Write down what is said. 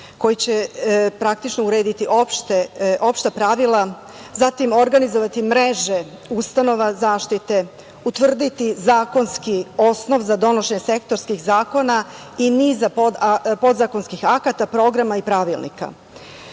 koji će praktično urediti opšta pravila, zatim organizovati mreže ustanova zaštite, utvrditi zakonski osnov za donošenje sektorskih zakona i niza podzakonskih akata, programa i pravilnika. Nama